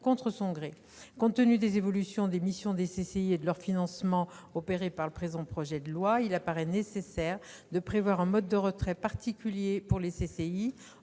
contre son gré. Compte tenu des évolutions des missions des CCI et de leur financement opérées par le présent projet de loi, il paraît nécessaire de prévoir un mode de retrait particulier pour les